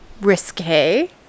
risque